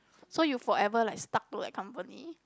so you forever like stuck to that company